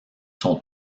sont